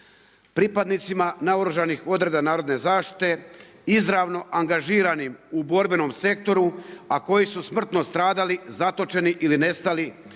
Pripadnicima naoružanih odreda narodne zaštite izravno angažiranih u borbenom sektoru a koji su smrtno stradali, zatočeni ili nestali